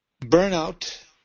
Burnout